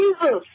Jesus